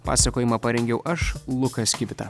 pasakojimą parengiau aš lukas kivita